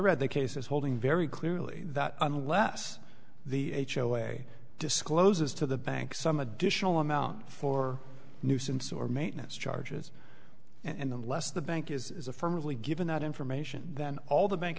read the cases holding very clearly that unless the h l a discloses to the bank some additional amount for nuisance or maintenance charges and unless the bank is affirmatively given that information then all the bank